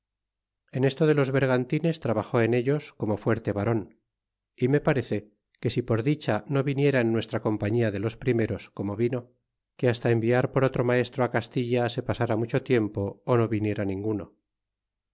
en esto de los vergantines trabajó en ellos ornó fuerte varon y inc parece que si por dicha rio viniera en nuestra compañia de los primeros como vino que hasta enviar por otro maestro á castilla se pasara mucho tiempo ó no viniera ninguno